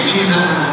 Jesus